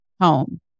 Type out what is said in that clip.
home